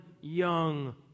young